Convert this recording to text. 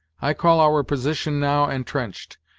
i call our position now, entrenched,